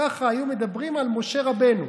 ככה היו מדברים על משה רבנו.